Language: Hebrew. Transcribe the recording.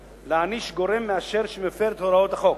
להעניש גורם מאשר שמפר את הוראות החוק,